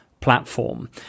platform